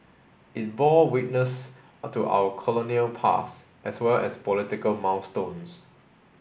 it bore witness to our colonial past as well as political milestones